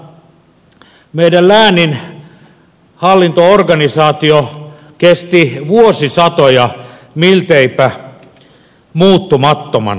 itse asiassa meidän lääninhallinto organisaatiomme kesti vuosisatoja milteipä muuttumattomana